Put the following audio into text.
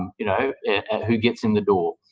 and you know who gets in the door?